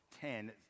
ten